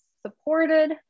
supported